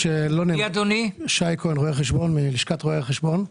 שי כהן, רואה חשבון מלשכת רואי החשבון.